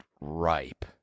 ripe